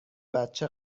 بچه